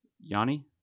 Yanni